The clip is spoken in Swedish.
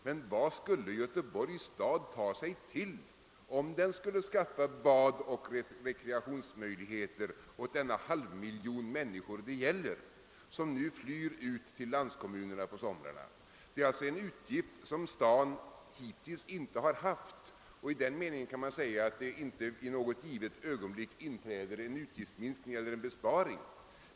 Men jag frågar: Vad skulle Göteborgs stad ta sig till, om den skulle skaffa badoch rekreationsmöjligheter åt den halva miljon människor det gäller som nu flyr ut till landskommunerna på somrarna? Det är en utgift som staden hittills inte har haft, och i den neningen kan man säga, att det inte i något givet ögonblick inträffar en utgiftsminskning eller besparing.